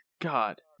God